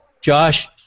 Josh